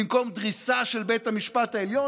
במקום דריסה של בית המשפט העליון,